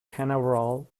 canaveral